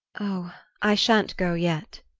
oh i shan't go yet!